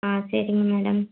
ஆ சரிங்க மேடம்